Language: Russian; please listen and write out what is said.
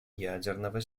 ядерного